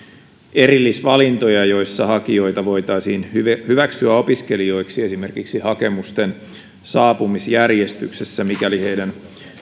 erillisvalintoja joissa hakijoita voitaisiin hyväksyä opiskelijoiksi esimerkiksi hakemusten saapumisjärjestyksessä mikäli heidän